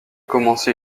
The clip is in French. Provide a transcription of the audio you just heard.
commencé